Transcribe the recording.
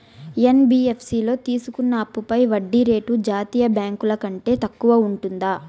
NBFC లో తీసుకున్న అప్పుపై వడ్డీ రేటు జాతీయ బ్యాంకు ల కంటే తక్కువ ఉంటుందా?